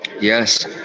Yes